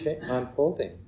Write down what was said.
unfolding